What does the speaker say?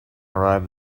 arrive